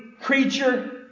creature